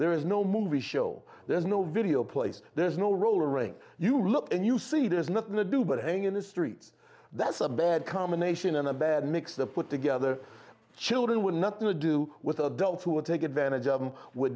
there is no movie show there's no video place there's no roller rink you look and you see there's nothing to do but hang in the streets that's a bad combination and a bad mix the put together children with nothing to do with adults who would take advantage of them w